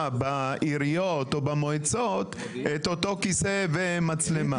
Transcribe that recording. בעיריות או במועצות את אותו כיסא ומצלמה.